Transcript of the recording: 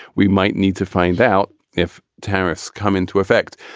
we might need to find out if terrorists come into effect.